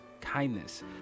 kindness